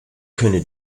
könne